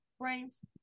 brains